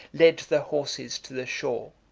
led the horses to the shore.